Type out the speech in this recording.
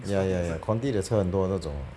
ya ya ya conti 的车很多那种